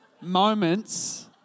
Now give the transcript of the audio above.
moments